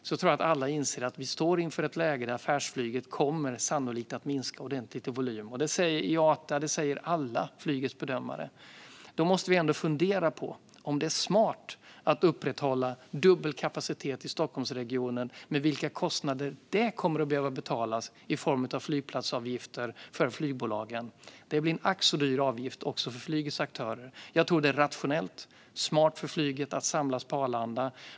Därför tror jag att alla inser att vi står inför ett läge där affärsflyget sannolikt kommer att minska ordentligt i volym, och det säger IATA och det säger alla flygets bedömare. Då måste vi fundera på om det är smart att upprätthålla dubbel kapacitet i Stockholmsregionen med de kostnader som det kommer att få i form av flygplatsavgifter för flygbolagen. Det blir en ack så dyr avgift också för flygets aktörer. Jag tror att det är rationellt och smart för flyget att samlas på Arlanda.